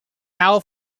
hal